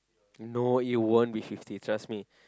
no it won't be fifty trust me